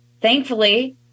thankfully